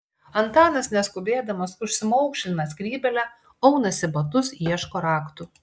antanas neskubėdamas užsimaukšlina skrybėlę aunasi batus ieško raktų